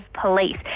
police